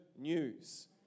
news